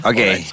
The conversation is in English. Okay